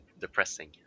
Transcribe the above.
depressing